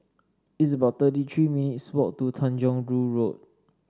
it's about thirty three minutes' walk to Tanjong Rhu Road